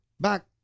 back